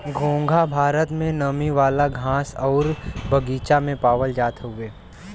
घोंघा भारत में नमी वाला घास आउर बगीचा में पावल जात हउवे